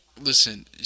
listen